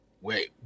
Wait